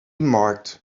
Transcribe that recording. marked